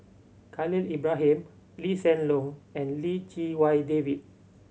Khalil Ibrahim Lee Hsien Loong and Lim Chee Wai David